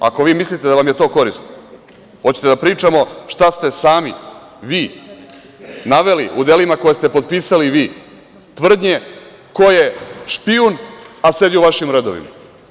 Ako vi mislite da vam je to korisno, hoćete li da pričamo šta ste sami vi naveli u delima koje ste potpisali vi, tvrdnje ko je špijun, a sedi u vašim redovima?